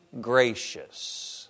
gracious